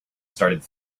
started